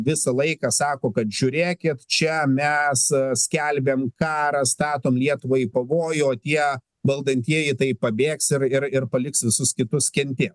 visą laiką sako kad žiūrėkit čia mes skelbiam karą statom lietuvą į pavojų o tie valdantieji tai pabėgs ir ir paliks visus kitus kentėt